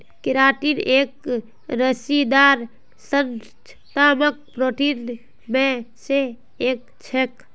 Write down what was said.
keratin एक रेशेदार संरचनात्मक प्रोटीन मे स एक छेक